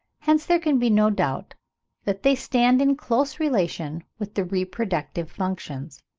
hence, there can be no doubt that they stand in close relation with the reproductive functions.